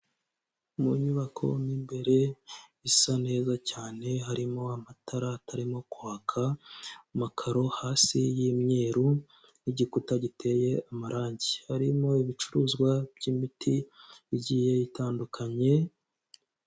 Mu nyubako mo imbere isa neza cyane harimo amatara atarimo kwaka, amakaro hasi y'imyeru n'igikuta giteye amarangi, harimo ibicuruzwa by'imiti igiye itandukanye.